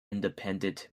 independent